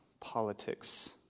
politics